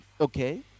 okay